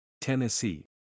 Tennessee